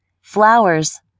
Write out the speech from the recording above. flowers